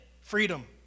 Freedom